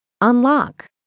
Unlock